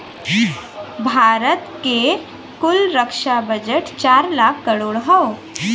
भारत क कुल रक्षा बजट चार लाख करोड़ हौ